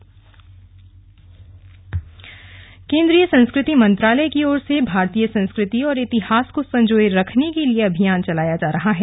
पांडलिपि केंद्रीय संस्कृति मंत्रालय की ओर से भारतीय संस्कृति और इतिहास को संजोए रखने के लिए अभियान चलाया जा रहा है